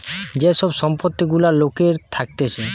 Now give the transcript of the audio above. যে সব সম্পত্তি গুলা লোকের থাকতিছে